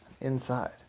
Inside